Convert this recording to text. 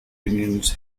unions